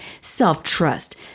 self-trust